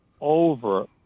over